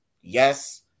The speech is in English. Yes